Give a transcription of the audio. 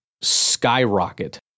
skyrocket